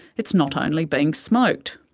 it's not only being smoked.